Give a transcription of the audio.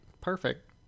Perfect